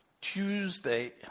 Tuesday